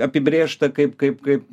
apibrėžta kaip kaip kaip